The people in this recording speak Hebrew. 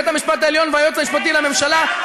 בית-המשפט העליון והיועץ המשפטי לממשלה,